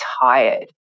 tired